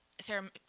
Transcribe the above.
Sarah